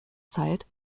zeit